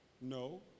No